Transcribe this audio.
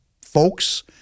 folks